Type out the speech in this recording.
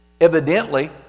Evidently